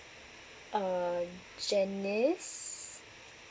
uh janice